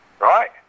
right